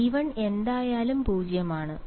B1 എന്തായാലും 0 ആണ്